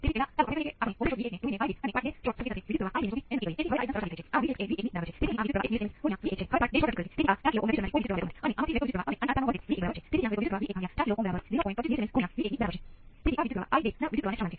હું જાણું છું કે આ ખૂબ જ સરળ છે અને તમારામાંના ઘણાને કદાચ પહેલેથી જ ઉકેલ ખબર હોય પરંતુ આપણે આને એટલી વાર છોડી દઈશું કે તે સ્વચાલિત થઈ જવું જોઈએ